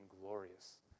glorious